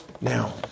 Now